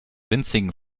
winzigen